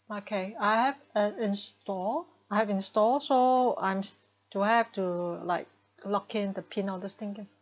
okay I have installed I have installed so I'm to have to like lock in the pin all this thing again